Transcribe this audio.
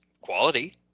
quality